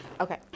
Okay